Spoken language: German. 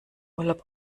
urlaub